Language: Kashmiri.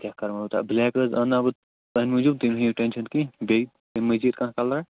کیٚاہ کر ونہِ بہٕ تۄیہِ بٕلیک حظ اَنہٕ ناو بہٕ تُہنٛدِ موٗجوٗب تُہۍ مہٕ ہیٚیو ٹٮ۪نشن کیٚنٛہہ بیٚیہِ اَمہِ مٔزیٖد کانٛہہ کلرا